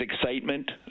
excitement